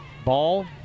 Ball